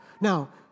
Now